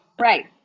Right